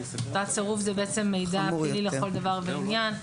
הודעת סירוב זה בעצם מידע פלילי לכל דבר ועניין.